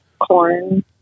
corn